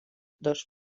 dos